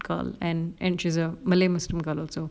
girl and and she's a malay muslim girl also